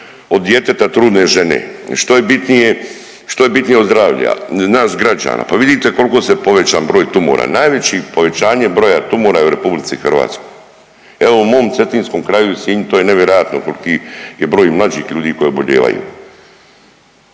od djeteta trudne žene? Što je bitnije od zdravlja nas građana? Pa vidite koliko se povećao broj tumora. Najveće povećanje broja tumora je u Republici Hrvatskoj. Evo u mom Cetinskom kraju i Sinju to je nevjerojatno koliki je broj mlađih ljudi koji obolijevaju.